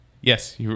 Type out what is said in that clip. yes